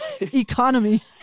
economy